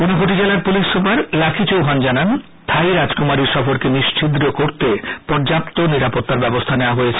ঊনকোটি জেলার police super Lucky Chauhan জানান Thai রাজকুমারীর সফরকে নিশ্ছিদ্র করতে পর্যাপ্ত নিরাপত্তার ব্যবস্থা নেওয়া হয়েছে